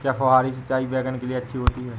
क्या फुहारी सिंचाई बैगन के लिए अच्छी होती है?